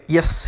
Yes